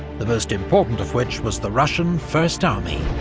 the most important of which was the russian first army,